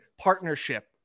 partnership